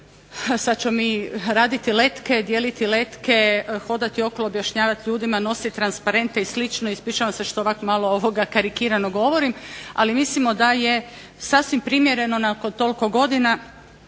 sad ćemo mi raditi letke, dijeliti letke, hodati okolo objašnjavati ljudima, nosit transparente i slično, ispričavam se što ovako malo karikirano govorim ali mislim da je sasvim primjereno nakon toliko godina